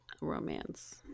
romance